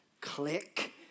click